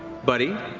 buddy.